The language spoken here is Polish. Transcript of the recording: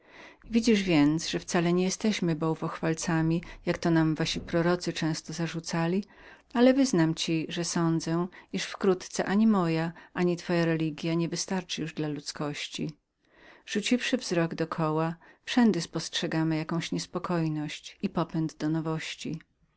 widzisz więc że wcale nie jesteśmy bałwochwalcami jak to nam wasi prorocy często zarzucali ale wyznam ci że sądzę iż ani moja ani twoja religia nie wystarcza już dla ludzkości rzuciwszy wzrok do koła wszędy spostrzegamy jakąś niespokojność i popęd do nowości